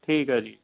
ਠੀਕ ਹੈ ਜੀ